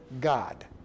God